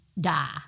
Die